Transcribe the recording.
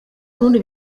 burundi